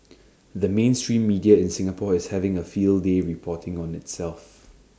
the mainstream media in Singapore is having A field day reporting on itself